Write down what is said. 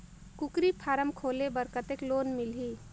कूकरी फारम खोले बर कतेक लोन मिलही?